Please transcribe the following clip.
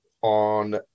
on